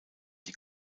die